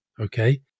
Okay